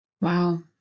wow